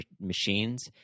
machines